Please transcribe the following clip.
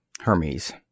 Hermes